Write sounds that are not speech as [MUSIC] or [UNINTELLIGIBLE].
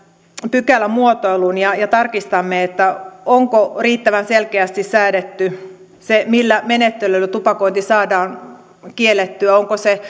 pykälämuotoilun ja ja tarkistamme onko riittävän selkeästi säädetty se millä menettelyllä tupakointi saadaan kiellettyä onko se [UNINTELLIGIBLE]